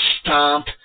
stomp